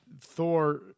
Thor